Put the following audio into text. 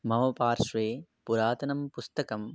मम पार्श्वे पुरातनं पुस्तकं